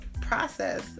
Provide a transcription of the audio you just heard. process